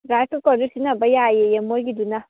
rice ꯀꯨꯀꯔꯁꯨ ꯁꯤꯖꯤꯟꯅꯕ ꯌꯥꯏꯌꯦꯌꯦ ꯃꯣꯏꯒꯤꯗꯨꯅ